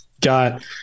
got